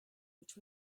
which